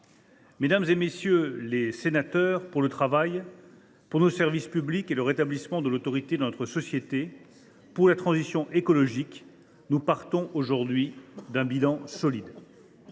Mesdames, messieurs les députés, pour le travail, pour nos services publics, pour le rétablissement de l’autorité dans notre société et pour la transition écologique, nous partons aujourd’hui d’un bilan solide.